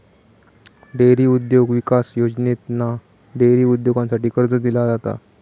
dairy उद्योग विकास योजनेतना डेअरी उद्योगासाठी कर्ज दिला जाता